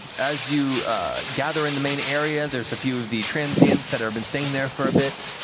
as you gather in the main area, there's a few of the transients that have been staying there for a bit.